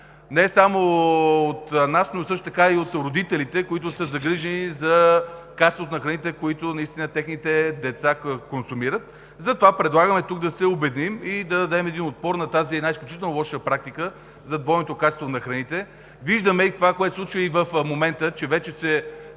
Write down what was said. не само от нас, но също така и от родителите, които са загрижени за качеството на храните, които техните деца наистина консумират. Затова предлагаме тук да се обединим и да дадем един отпор на тази изключително лоша практика – за двойното качество на храните. Виждаме и това, което се случва в момента, че вече